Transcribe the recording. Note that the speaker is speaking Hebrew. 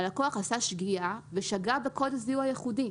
הלקוח עשה שגיאה ושגה בקוד הזיהוי הייחודי.